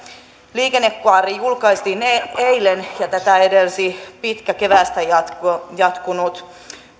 liikennekaari julkaistiin eilen ja tätä edelsi pitkä keväästä jatkunut